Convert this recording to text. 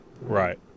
Right